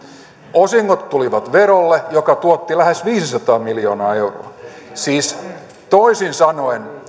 osingot tulivat verolle mikä tuotti lähes viisisataa miljoonaa euroa siis toisin sanoen